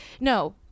no